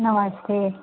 नमस्ते